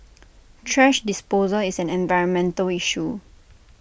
trash disposal is an environmental issue